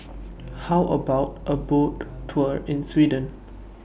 How about A Boat Tour in Sweden